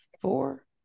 four